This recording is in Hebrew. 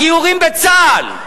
הגיורים בצה"ל: